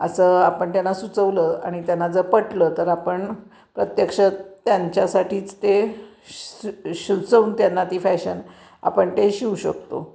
असं आपण त्यांना सुचवलं आणि त्यांना जर पटलं तर आपण प्रत्यक्षात त्यांच्यासाठीच ते श सुचवून त्यांना ती फॅशन आपण ते शिवू शकतो